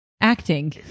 acting